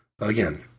again